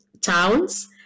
towns